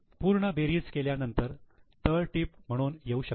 पूर्ण बेरीज केल्या नंतर तळटीप म्हणून येऊ शकते